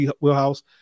wheelhouse